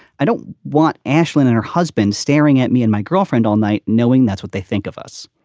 i don't want ashlynn and her husband staring at me and my girlfriend all night knowing that's what they think of us.